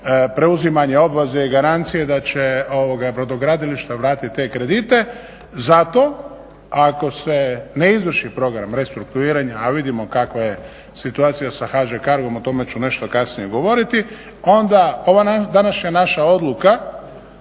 preuzimanja obveze i garancije da će brodogradilišta vratit te kredite. Zato ako se ne izvrši program restrukturiranja, a vidimo kakva je situacija sa HŽ Cargom, o tome ću nešto kasnije govoriti. Onda ova današnja naša odluka